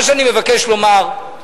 מה שאני מבקש לומר,